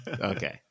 okay